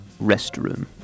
restroom